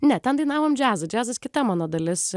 ne ten dainavom džiazą džiazas kita mano dalis